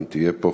אם תהיה פה,